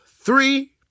three